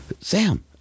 Sam